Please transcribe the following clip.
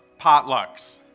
potlucks